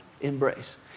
embrace